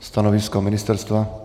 Stanovisko ministerstva?